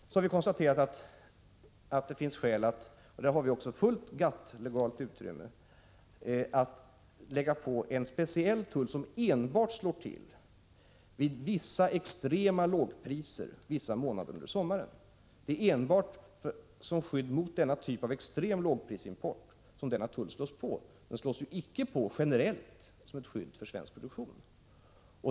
Regeringen har konstaterat att det finns skäl att — vi har ett fullt legalt GATT-utrymme —- införa en speciell tull, som enbart läggs på vissa varor med extremt låga priser några månader under sommaren. Det är enbart som skydd mot denna typ av extrem lågprisimport som tullen läggs på, icke som ett generellt skydd för svensk produktion.